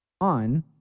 On